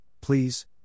please